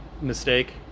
mistake